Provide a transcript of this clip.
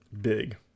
big